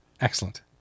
Excellent